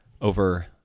over